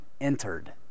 entered